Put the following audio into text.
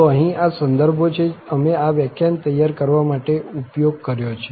તો અહીં આ સંદર્ભો છે અમે આ વ્યાખ્યાન તૈયાર કરવા માટે ઉપયોગ કર્યો છે